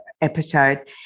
episode